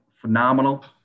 phenomenal